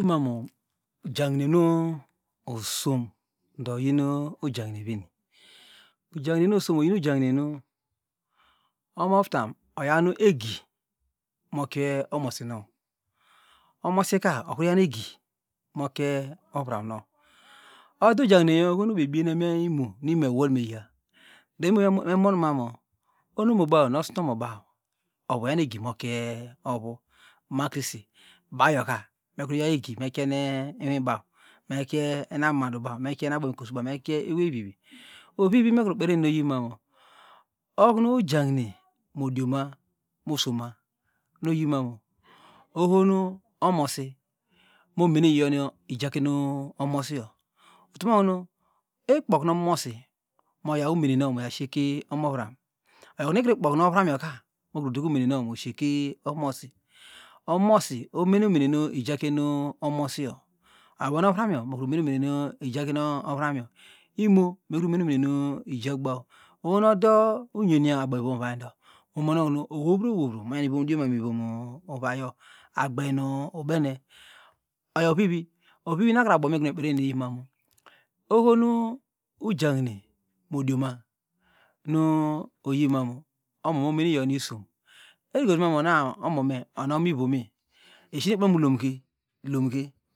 Ujahinenu osom do uyinu ujahine veni? Ujahinenu osom oyenu ujahinenu omoftan oyam egimokie omosimow omosika okriyounu egi